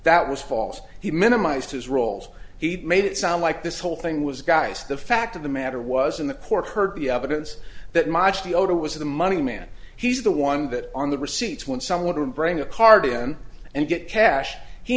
that was false he minimized his roles he made it sound like this whole thing was guys the fact of the matter was in the court heard the evidence that much the odor was the money man he's the one that on the receipts when someone didn't bring a card in and get cash he